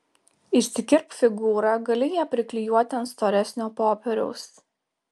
išsikirpk figūrą gali ją priklijuoti ant storesnio popieriaus